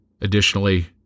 Additionally